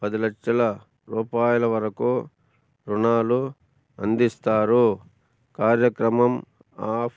పది లక్షల రూపాయల వరకు రుణాలు అందిస్తారు కార్యక్రమం ఆఫ్